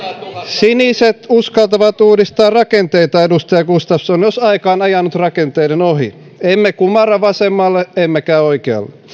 siniset uskaltavat uudistaa rakenteita edustaja gustafsson myös aika on ajanut rakenteiden ohi emme kumarra vasemmalle emmekä oikealle